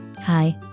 Hi